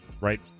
right